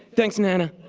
thanks, nana.